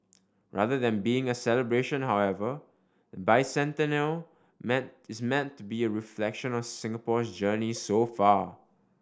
rather than being a celebration however the bicentennial is meant to be a reflection on Singapore's journey so far